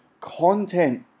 content